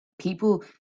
people